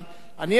אני אאשר לו,